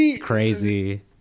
crazy